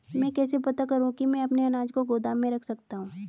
मैं कैसे पता करूँ कि मैं अपने अनाज को गोदाम में रख सकता हूँ?